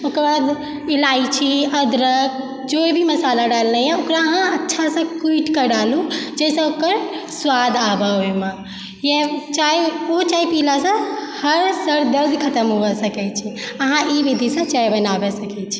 ओकर बाद इलायची अदरक जेभी मसाला डालनयए ओकरा अहाँ अच्छासँ कुटिकेँ डालु जाहिसँ ओकर स्वाद आबै ओहिमे या चाय ओ चाय पिलासँ हर सर दर्द खतम भऽ सकैत छै अहाँ ई विधिसँ चाय बनाबै सकैत छी